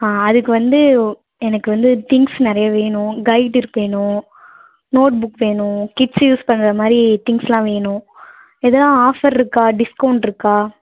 அதுக்கு வந்து எனக்கு வந்து திங்ஸ் நிறைய வேணும் வேணும் நோட் புக் வேணும் கிட்ஸ் யூஸ் பண்ணுறா மாதிரி திங்ஸ்லாம் வேணும் இதெலாம் ஆஃபருக்கா டிஸ்கவுன்ட்ருக்கா